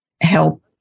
help